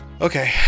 Okay